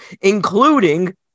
including